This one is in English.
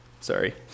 sorry